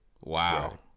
Wow